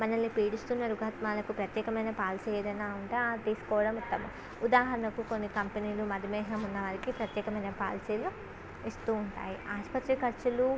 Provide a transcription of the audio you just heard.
మనలని పీడిస్తున్న రుగ్మతలకు ప్రత్యేకమైన పాలసీ ఏదైనా ఉంటే అది తీసుకోవడం ఉత్తమం ఉదాహరణకు కొన్ని కంపెనీలు మధుమేహం ఉన్నవారికి ప్రత్యేకమైన పాలసీలు ఇస్తూ ఉంటాయి ఆసుపత్రి ఖర్చులు